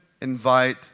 invite